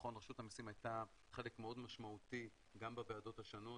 נכון שרשות המיסים הייתה חלק מאוד משמעותי גם בוועדות השונות,